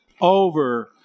over